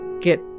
get